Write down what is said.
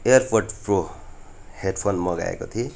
AirPod pro headphone मगाएको थिएँ